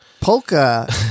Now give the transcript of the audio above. Polka